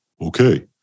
Okay